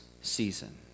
season